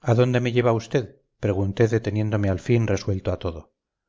a dónde me lleva usted pregunté deteniéndome al fin resuelto a todo